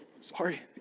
sorry